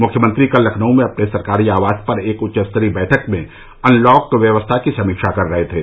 मुख्यमंत्री कल लखनऊ में अपने सरकारी आवास पर एक उच्चस्तरीय बैठक में अनलॉक व्यवस्था की समीक्षा कर रहे थे